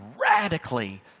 radically